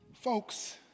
Folks